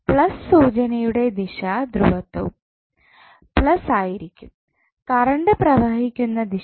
plus സൂചനയുടെ ദിശ ധ്രുവത്വം പ്ലസ് ആയിരിക്കും കറണ്ട് പ്രവഹിക്കുന്ന ദിശയിൽ